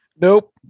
Nope